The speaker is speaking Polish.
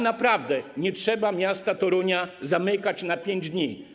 Naprawdę nie trzeba Torunia zamykać na 5 dni.